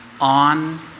on